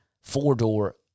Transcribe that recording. four-door